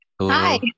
Hi